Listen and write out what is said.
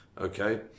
Okay